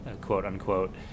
quote-unquote